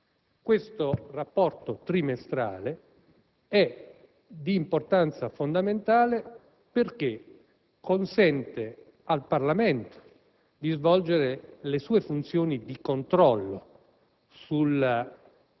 Il rapporto trimestrale è di importanza fondamentale perché consente al Parlamento di svolgere le sue funzioni di controllo